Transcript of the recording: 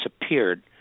disappeared